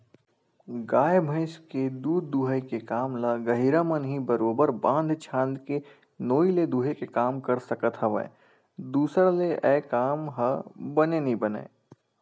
गाय भइस के दूद दूहई के काम ल गहिरा मन ह ही बरोबर बांध छांद के नोई ले दूहे के काम कर सकत हवय दूसर ले ऐ काम ह बने नइ बनय